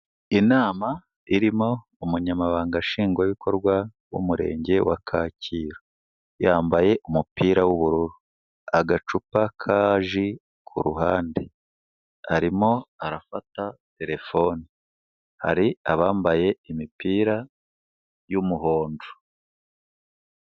Inama irimo umunyamabanga nshingwabikorwa w'Umurenge wa Kacyiru, yambaye umupira w'ubururu, agacupa ka ji ku ruhande, arimo arafata terefone, hari abambaye imipira y'umuhondo.